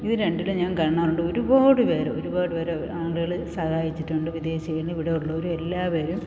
ഇത് രണ്ടിലും ഞാൻ കാണാറുണ്ട് ഒരുപാട് പേർ ഒരുപാട് പേർ ആളുകൾ സഹായിച്ചിട്ടുണ്ട് വിദേശികളും ഇവിടെ ഉഉള്ളവരും എല്ലാവരും